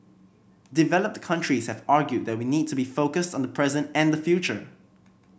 developed countries have argued that we need to be focused on the present and the future